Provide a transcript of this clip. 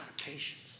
patience